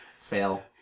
Fail